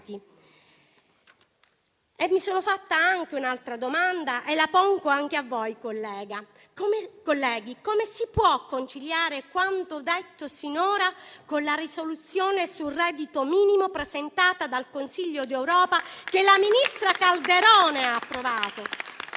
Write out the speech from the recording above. Mi sono fatta anche un'altra domanda, che pongo anche a voi, colleghi. Come si può conciliare quanto detto sinora con la risoluzione sul reddito minimo presentata dal Consiglio d'Europa che la ministra Calderone ha approvato?